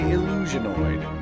Illusionoid